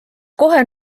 kohe